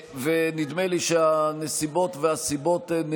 ונדמה לי שהנסיבות והסיבות הן